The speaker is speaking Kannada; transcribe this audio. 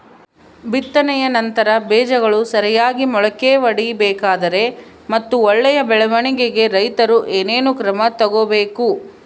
ಬಿತ್ತನೆಯ ನಂತರ ಬೇಜಗಳು ಸರಿಯಾಗಿ ಮೊಳಕೆ ಒಡಿಬೇಕಾದರೆ ಮತ್ತು ಒಳ್ಳೆಯ ಬೆಳವಣಿಗೆಗೆ ರೈತರು ಏನೇನು ಕ್ರಮ ತಗೋಬೇಕು?